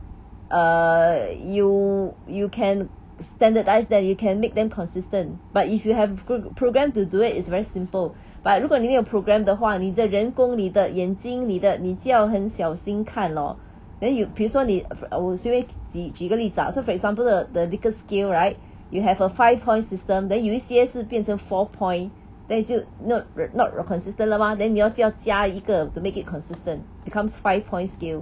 err you you can standardised that you can make them consistent but if you have pro~ pro~ programs to do it is very simple but 如果你没有 program 的话你的人工你的眼睛你的你就要很小心看 lor then you 比如说你啊我随便据据个例子啊 so for example the the likert scale right you have a five points system then 有一些是变成 four point then 你就 not re~ not consistent 了嘛 then 你要就要加一个 to make it consistent becomes five point scale